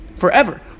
Forever